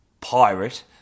pirate